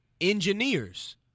engineers